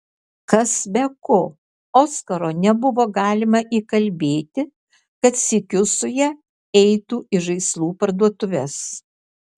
kas be ko oskaro nebuvo galima įkalbėti kad sykiu su ja eitų į žaislų parduotuves